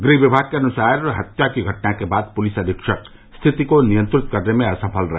गृह विभाग के अनुसार हत्या की घटना के बाद पुलिस अधीक्षक स्थिति को नियंत्रित करने में असफल रहे